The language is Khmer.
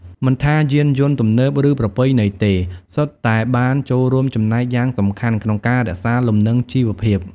មិនថាយានយន្តទំនើប ឬប្រពៃណីទេ សុទ្ធតែបានចូលរួមចំណែកយ៉ាងសំខាន់ក្នុងការរក្សាលំនឹងជីវភាព។